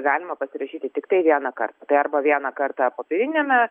galima pasirašyti tiktai vienąkart tai arba vieną kartą popieriniame